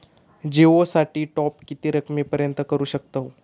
जिओ साठी टॉप किती रकमेपर्यंत करू शकतव?